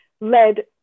led